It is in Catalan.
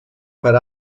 per